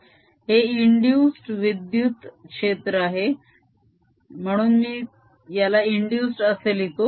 हे इंदुस्ड विद्युत क्षेत्र आहे म्हणून मी याला इंदुस्ड असे लिहितो